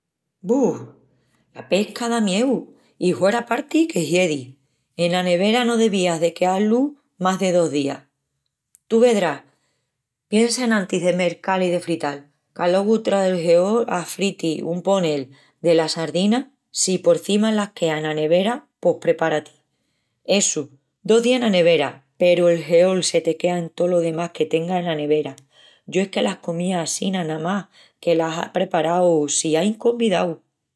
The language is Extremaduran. Bu, la pesca da mieu i hueraparti que hiedi. Ena nevera no devías de queá-lu más de dos días. Tú vedrás, piensa enantis de mercal i de frital, qu'alogu tras del heol a friti, un ponel, delas sardinas, si porcima las queas ena nevera, pos prepara-ti. Essu, dos días ena nevera peru el heol se te quea en tolo demás que tengas ena nevera. Yo es que las comías assina namás que las apreparu si ain convidaus.